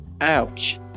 Ouch